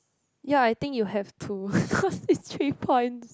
ya I think you have to cause it's three points